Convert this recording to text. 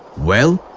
well,